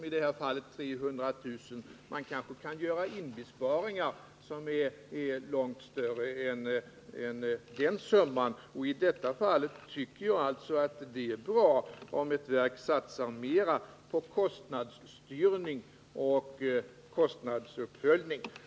I det här fallet gäller det 300 000 kr., men man kan kanske göra inbesparingar som är mycket större än den summan. I detta fall tycker jag att det är bra att ett verk satsar mera på kostnadsstyrning och kostnadsuppföljning.